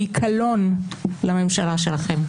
הם קלון על הממשלה שלכם.